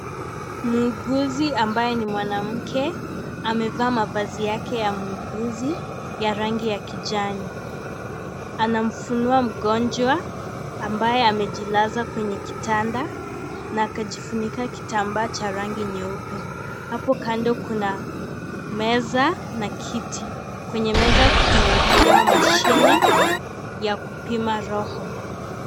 Muunguzi ambaye ni mwanamke amevaa mavazi yake ya muunguzi ya rangi ya kijani. Anamfunua mgonjwa ambaye amejilaza kwenye kitanda na akajifunika kitambaa cha rangi nyeupe. Hapo kando kuna meza na kiti kwenye meza kumewakelewa mashine ya kupima roho.